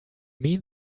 mean